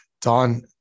don